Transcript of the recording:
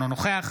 אינו נוכח